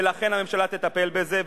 ולכן, הממשלה תטפל בזה.